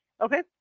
Okay